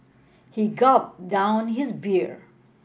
he gulped down his beer